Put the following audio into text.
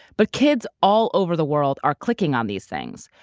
but kids all over the world are clicking on these things,